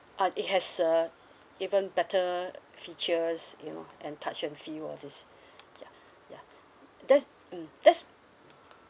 uh it has uh even better features you know and touch and feel all these ya ya there's mm there's